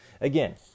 Again